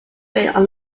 cabin